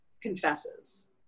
confesses